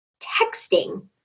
texting